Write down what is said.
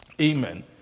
Amen